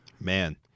Man